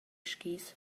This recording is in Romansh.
skis